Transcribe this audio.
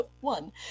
one